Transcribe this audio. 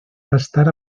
gastar